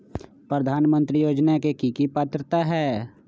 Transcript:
प्रधानमंत्री योजना के की की पात्रता है?